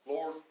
Lord